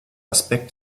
aspekt